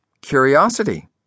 Curiosity